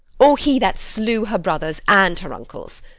or he that slew her brothers and her uncles?